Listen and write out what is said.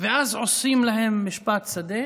ואז עושים להם משפט שדה